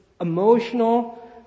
emotional